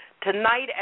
Tonight